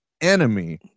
enemy